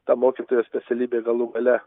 ta mokytojo specialybė galų gale